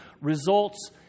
results